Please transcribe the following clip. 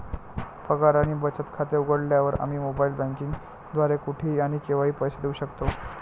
पगार आणि बचत खाते उघडल्यावर, आम्ही मोबाइल बँकिंग द्वारे कुठेही आणि केव्हाही पैसे देऊ शकतो